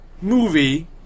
movie